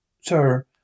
sir